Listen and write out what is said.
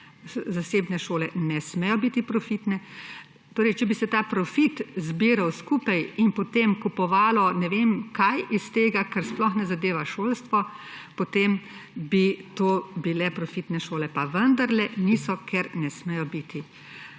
zasebne šole ne smejo biti profitne, torej če bi se ta profit zbiral skupaj in potem kupovalo ne vem kaj iz tega, kar sploh ne zadeva šolstva, potem bi to bile profitne šole, pa vendarle niso, ker ne smejo biti.